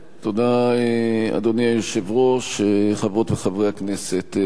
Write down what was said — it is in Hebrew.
תודה, אדוני היושב-ראש, חברות וחברי הכנסת,